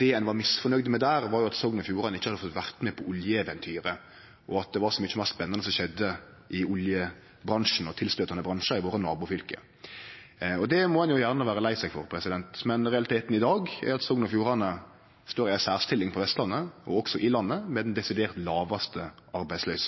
det ein misfornøgd med der at Sogn og Fjordane ikkje hadde fått vere med på oljeeventyret, og at det var så mykje meir spennande som skjedde i oljebransjen og tilstøytande bransjar i våre nabofylke. Det må ein gjerne vere lei seg for, men realiteten i dag er at Sogn og Fjordane står i ei særstilling på Vestlandet – og også i landet – med den